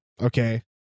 okay